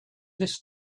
this